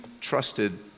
trusted